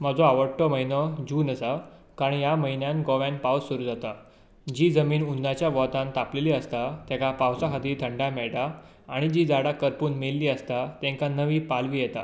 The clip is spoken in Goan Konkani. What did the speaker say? म्हजो आवडटो म्हयनो जून आसा कारण ह्या म्हयन्यांत गोव्यांत पावस सुरू जाता जी जमीन हुनाच्या वोतान तापेल्ली आसता ताका पावसा खातीर थंडाय मेळटा आनी जीं झाडां खरपून मेल्लीं आसता तांकां नवीन पालवी येता